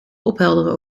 ophelderen